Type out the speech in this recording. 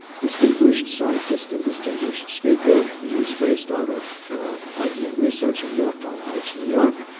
distinguished scientist and distinguished speaker. he is based out of of ibm research in yorktown heights, new york.